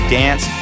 dance